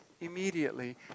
immediately